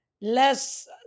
less